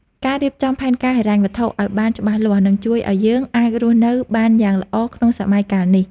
ការរៀបចំផែនការហិរញ្ញវត្ថុឱ្យបានច្បាស់លាស់នឹងជួយឱ្យយើងអាចរស់នៅបានយ៉ាងល្អក្នុងសម័យកាលនេះ។